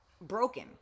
broken